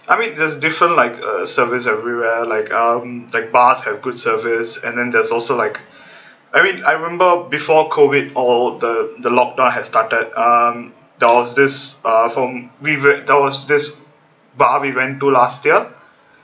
I mean there's different like uh service everywhere like um like bars have good service and then there's also like I mean I remember before COVID or the the lockdown had started uh there was this uh from weave~ there was this bar we went to last year